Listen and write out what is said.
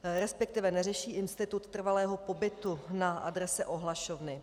Respektive neřeší institut trvalého pobytu na adrese ohlašovny.